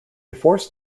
force